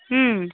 ம்